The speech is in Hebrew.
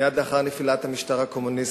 מייד לאחר נפילת המשטר הקומוניסטי.